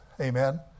Amen